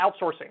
outsourcing